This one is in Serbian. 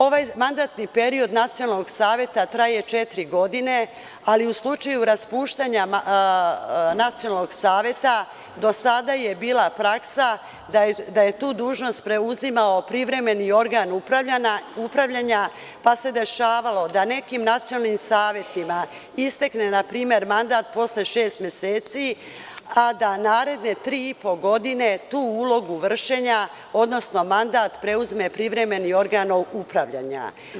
Ovaj mandatni period nacionalnog saveta traje četiri godine, ali u slučaju raspuštanja nacionalnog saveta do sada je bila praksa da je tu dužnost preuzimao privremeni organ upravljanja, pa se dešavalo da nekim nacionalnim savetima istekne, na primer, mandat posle šest meseci, a da naredne tri i po godine tu ulogu vršenja, odnosno mandat preuzme privremeni organ upravljanja.